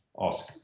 ask